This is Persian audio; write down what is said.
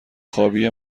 خوابی